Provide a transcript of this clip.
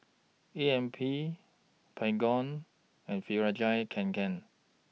A M P Baygon and Fjallraven Kanken